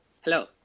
Hello